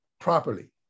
properly